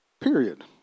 Period